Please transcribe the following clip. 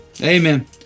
Amen